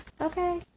okay